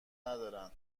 ندارن